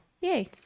Yay